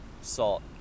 salt